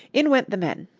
in went the men,